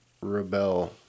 rebel